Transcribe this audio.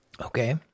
Okay